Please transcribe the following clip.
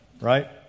right